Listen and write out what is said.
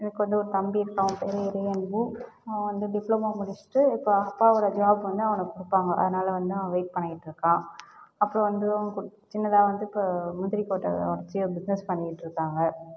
எனக்கு வந்து ஒரு தம்பி இருக்கான் அவன் பேர் வந்து இறையன்பு அவன் வந்து டிப்ளமோ முடிச்சிவிட்டு இப்போ அப்பாவோட ஜாப் வந்து அவனுக்கு கொடுப்பாங்க அதனால் வந்து அவன் வெய்ட் பண்ணிகிட்டு இருக்கான் அப்புறம் வந்து சின்னதாக வந்து முந்திரி தோட்டம் வச்சு பிஸ்னஸ் பண்ணிகிட்டு இருக்காங்க